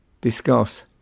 Discuss